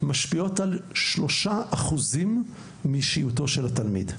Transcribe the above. משפיעות על 3% מאישיותו של התלמיד.